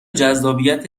جذابیت